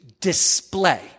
display